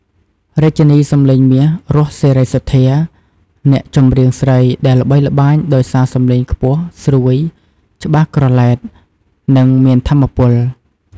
រាជិនីសំឡេងមាស រស់ សេរីសុទ្ធា អ្នកចម្រៀងស្រីដែលល្បីល្បាញដោយសារសំឡេងខ្ពស់ស្រួយ ច្បាស់ក្រឡែត និងមានថាមពល។